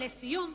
לסיום,